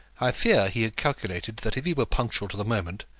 i fear he had calculated that if he were punctual to the moment,